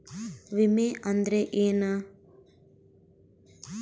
ವಿಮೆ ಅಂದ್ರೆ ಏನ?